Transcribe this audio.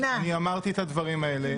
אני אמרתי את הדברים האלה,